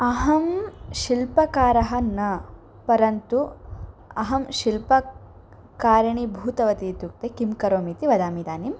अहं शिल्पकारः न परन्तु अहं शिल्पकारणी भूतवती इत्युक्ते किं करोमिति वदामि इदानीं